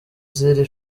z’iri